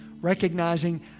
recognizing